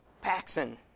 Paxson